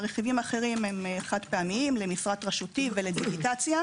הרכיבים האחרים הם חד-פעמיים: למפרט רשותי ולדיגיטציה.